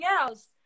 else